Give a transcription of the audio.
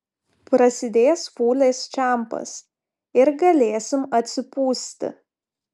prasidės fūlės čempas ir galėsim atsipūsti